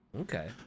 Okay